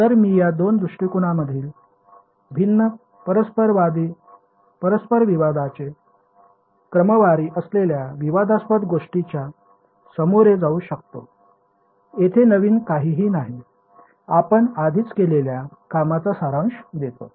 तर मी या दोन दृष्टिकोनांमधील भिन्न परस्परविवादाचे क्रमवारी असलेल्या विवादास्पद गोष्टींच्या सामोरे जाऊ शकतो येथे नवीन काहीही नाही आपण आधीच केलेल्या कामांचा सारांश देतो